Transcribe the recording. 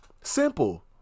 Simple